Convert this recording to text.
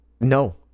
no